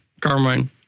Carmine